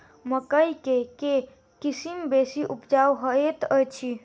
मकई केँ के किसिम बेसी उपजाउ हएत अछि?